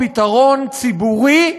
פתרון ציבורי,